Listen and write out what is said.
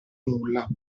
nulla